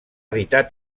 editar